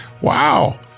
Wow